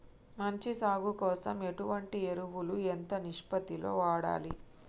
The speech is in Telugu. మంచి సాగు కోసం ఎటువంటి ఎరువులు ఎంత నిష్పత్తి లో వాడాలి?